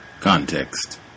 Context